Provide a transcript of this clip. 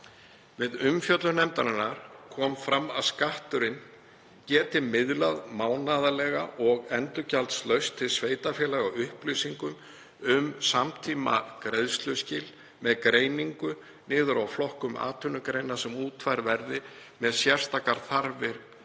Við umfjöllun nefndarinnar kom fram að Skatturinn geti miðlað mánaðarlega og endurgjaldslaust til sveitarfélaga upplýsingum um samtímastaðgreiðsluskil með greiningu niður á flokkun atvinnugreina sem útfærð verði með sérstakar þarfir